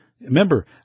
Remember